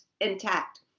intact